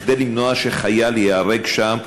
כדי למנוע שחייל ייהרג שם,